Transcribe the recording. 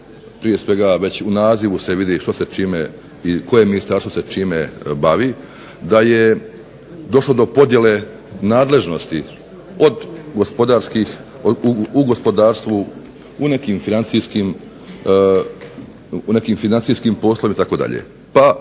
prije svega već u nazivu se vidi što se čime i koje ministarstvo se čime bavi, da je došlo do podjele nadležnosti u gospodarstvu, u nekim financijskim poslovima itd.